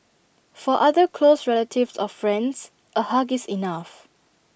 for other close relatives or friends A hug is enough